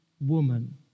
woman